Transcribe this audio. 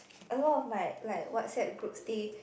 a lot my like WhatsApp groups they